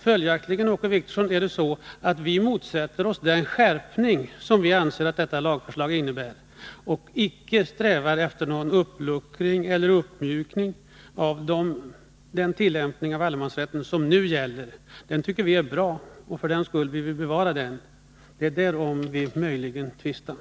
Följaktligen, Åke Wictorsson, motsätter vi oss den skärpning som vi anser att detta lagförslag innebär och strävar icke efter någon uppluckring eller uppmjukning av tillämpningen av de allemansrättsliga regler som nu gäller. Den tycker vi är bra, och för den skull vill vi bevara den. Det är möjligen därom vi tvistar.